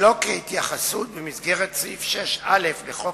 שלא כהתייחסות במסגרת סעיף 6א לחוק-יסוד: